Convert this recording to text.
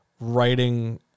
writing